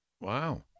Wow